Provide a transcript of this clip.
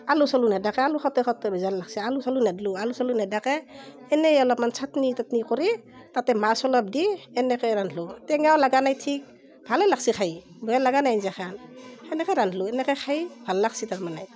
আলু চালু নেদাকে আলু খাওঁতে খাওঁতে বেজাৰ লাগিছে আলু চালু নিদিলোঁ আলু চালু নেদাকে এনেই অলপমান চাটনি তাটনি কৰি তাতে মাছ অলপ দি সেনেকৈ ৰান্ধিলোঁ টেঙাও লগা নাই ঠিক ভালে লাগিছে খাই বেয়া লগা নাই আঞ্জাখন সেনেকৈ ৰান্ধিলোঁ এনেকৈ খাই ভাল লাগিছে তাৰমানে